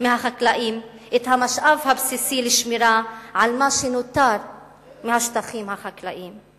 מהחקלאים את המשאב הבסיסי לשמירה על מה שנותר מהשטחים החקלאיים,